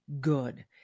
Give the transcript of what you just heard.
good